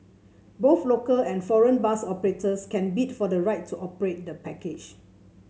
both local and foreign bus operators can bid for the right to operate the package